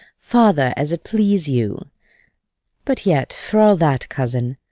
father, as it please you but yet for all that, cousin,